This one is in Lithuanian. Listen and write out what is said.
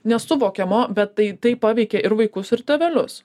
nesuvokiamo bet tai tai paveikė ir vaikus ir tėvelius